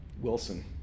Wilson